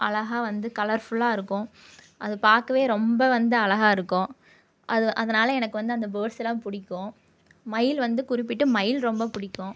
அழகாக வந்து கலர்ஃபுல்லாக இருக்கும் அது பார்க்கவே ரொம்ப வந்து அழகாக இருக்கும் அது அதனால எனக்கு வந்து அந்த பேர்ட்ஸ்ல்லாம் பிடிக்கும் மயில் வந்து குறிப்பிட்டு மயில் ரொம்ப பிடிக்கும்